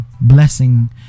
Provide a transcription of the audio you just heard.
blessing